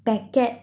packet